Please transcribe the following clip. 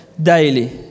daily